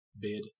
bid